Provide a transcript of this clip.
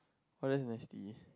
oh that's nasty